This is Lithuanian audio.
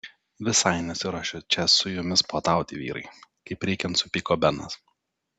visai nesiruošiu čia su jumis puotauti vyrai kaip reikiant supyko benas